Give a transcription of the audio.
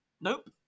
Nope